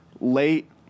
late